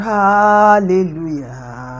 hallelujah